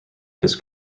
his